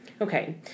Okay